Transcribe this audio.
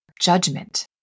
judgment